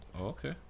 Okay